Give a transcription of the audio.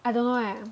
I don't know eh